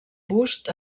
bust